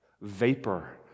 vapor